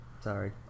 Sorry